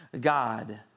God